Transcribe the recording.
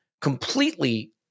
completely